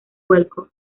vuelco